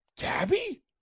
Gabby